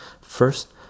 First